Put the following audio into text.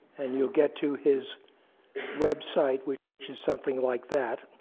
and you'll get to his website, which is something like that.